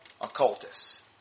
occultists